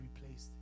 replaced